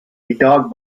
dog